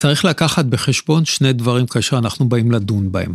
צריך לקחת בחשבון שני דברים כאשר אנחנו באים לדון בהם.